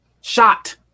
Shot